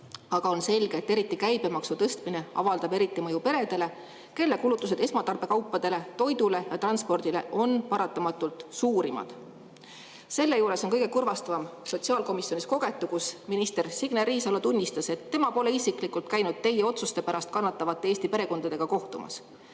Aga on selge, et eriti käibemaksu tõstmine avaldab mõju peredele, kelle kulutused esmatarbekaupadele, toidule ja transpordile on paratamatult suurimad. Selle juures on kõige kurvastavam sotsiaalkomisjonis kogetu, kui minister Signe Riisalo tunnistas, et tema pole isiklikult käinud teie otsuste pärast kannatavate Eesti perekondadega kohtumas.